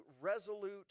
resolute